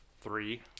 three